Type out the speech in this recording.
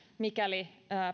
mikäli